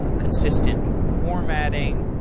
ah consistent formatting?